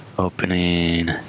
opening